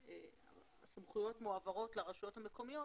שהסמכויות מועברות לרשויות המקומיות